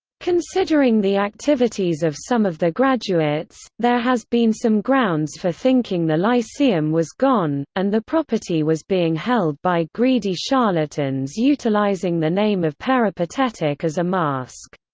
considering the activities of some of the graduates, there has been some grounds for thinking the lyceum was gone, and the property was being held by greedy charlatans utilizing the name of peripatetic as a mask.